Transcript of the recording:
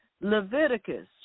Leviticus